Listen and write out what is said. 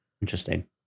Interesting